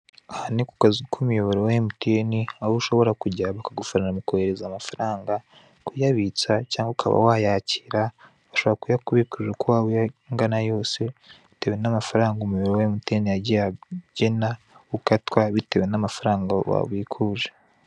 Aha ni ku kazu k'umuyoboro wa Mtn aho ushobora kujya bakagufasha kohereza amafaranga, kuyabitsa, cyangwa ukaba wayakira, bashobora kuyakubikurira uko yaba angana yose bitewe n'amafaranga umuyoboro wa Mtn wagiye ugena, ukatwa bitewe n'amafaranga wabikuje.